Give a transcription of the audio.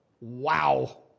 Wow